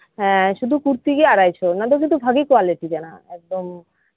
ᱦᱮᱸᱻ ᱥᱩᱫᱩ ᱠᱩᱨᱛᱤ ᱜᱮ ᱟᱲᱟᱭ ᱥᱚ ᱚᱱᱟ ᱫᱚ ᱠᱤᱱᱛᱩ ᱵᱷᱟᱜᱤ ᱠᱳᱣᱟᱞᱤᱴᱤ ᱠᱟᱱᱟ ᱮᱠᱫᱚᱢ